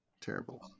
Terrible